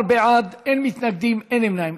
14 בעד, אין מתנגדים, אין נמנעים.